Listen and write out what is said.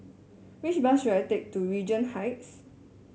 which bus should I take to Regent Heights